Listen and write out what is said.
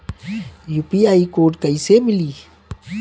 UPI code कैसे मिली?